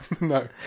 No